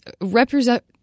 represent